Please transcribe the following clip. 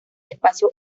espacio